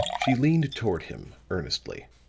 she leaned toward him earnestly.